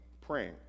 praying